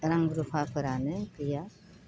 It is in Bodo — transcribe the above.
रां रुफाफोरानो गैया